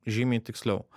žymiai tiksliau